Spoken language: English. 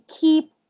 keep